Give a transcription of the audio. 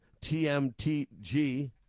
TMTG